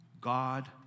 God